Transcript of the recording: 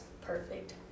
perfect